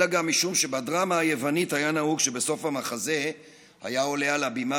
אלא גם משום שבדרמה היוונית היה נהוג שבסוף המחזה היה עולה על הבימה